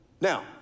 Now